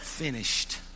Finished